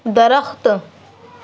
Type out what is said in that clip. درخت